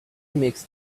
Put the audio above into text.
makes